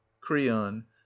creon